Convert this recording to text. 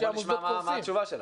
בוא נשמע מה התשובה שלה.